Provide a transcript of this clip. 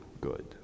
good